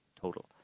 total